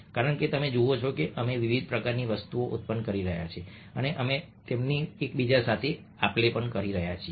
કારણ કે તમે જુઓ છો કે અમે વિવિધ પ્રકારની વસ્તુઓ ઉત્પન્ન કરી રહ્યા છીએ અને અમે તેમની એકબીજા સાથે આપલે કરી રહ્યા છીએ